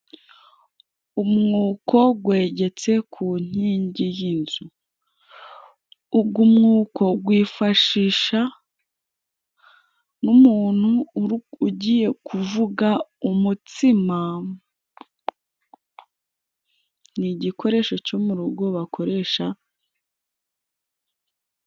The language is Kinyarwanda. Umwuko wegetse ku nkingi y'inzu. Uyu mwuko wifashishwa n'umuntu ugiye kuvuga umutsima. Ni igikoresho cyo mu rugo bakoresha.